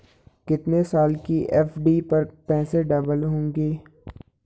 कितने साल की एफ.डी पर पैसे डबल होंगे?